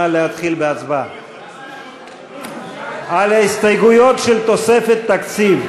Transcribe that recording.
נא להתחיל בהצבעה על ההסתייגויות של תוספת תקציב.